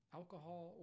alcohol